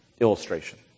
illustration